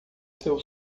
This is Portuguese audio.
seu